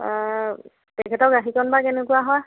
তেখেতৰ গাখীৰকণ বা কেনেকুৱা হয়